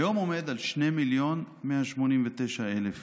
היום הוא עומד על 2,189,000 תיקים.